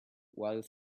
while